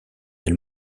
elle